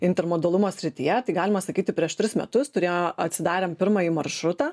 intermodalumo srityje tai galima sakyti prieš tris metus turėjo atidarėm pirmąjį maršrutą